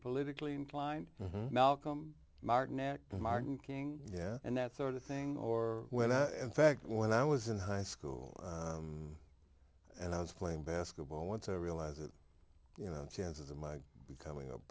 politically inclined malcolm martin martin king yeah and that sort of thing or went in fact when i was in high school and i was playing basketball once i realize that you know chances of my becoming a